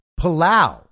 Palau